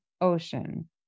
ocean